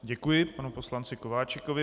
Děkuji panu poslanci Kováčikovi.